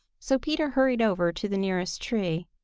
so peter hurried over to the nearest tree.